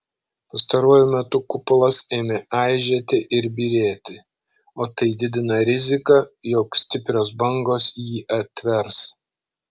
pastaruoju metu kupolas ėmė aižėti ir byrėti o tai didina riziką jog stiprios bangos jį atvers